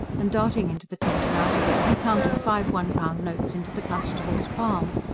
and darting into the tent and out again, he counted five one-pound notes into the constable's palm.